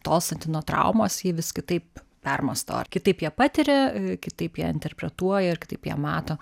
tolstanti nuo traumos ji vis kitaip permąsto ar kitaip ją patiria ir kitaip ją interpretuoja ir kaip ją mato